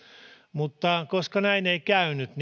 mutta koska näin ei käynyt